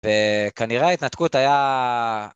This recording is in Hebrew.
וכנראה ההתנתקות היה...